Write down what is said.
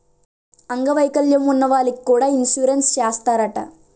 అంగ వైకల్యం ఉన్న వాళ్లకి కూడా ఇన్సురెన్సు చేస్తారట